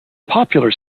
popular